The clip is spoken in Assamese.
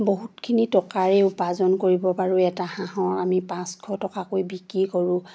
বহুতখিনি টকাৰেই উপাৰ্জন কৰিব পাৰোঁ এটা হাঁহৰ আমি পাঁচশ টকাকৈ বিক্ৰী হয়ো